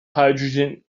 hydrogen